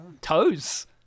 Toes